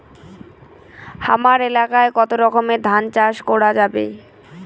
হামার এলাকায় কতো রকমের ধান চাষ করা যাবে?